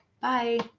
Bye